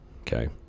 okay